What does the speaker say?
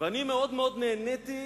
ואני מאוד מאוד נהניתי,